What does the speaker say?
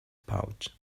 pouch